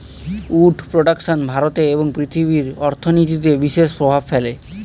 would production ভারতে এবং পৃথিবীর অর্থনীতিতে বিশেষ প্রভাব ফেলে